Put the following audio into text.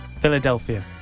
Philadelphia